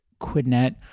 QuidNet